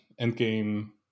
Endgame